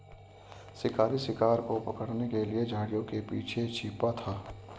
शिकारी शिकार को पकड़ने के लिए झाड़ियों के पीछे छिपा था